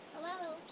Hello